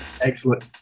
Excellent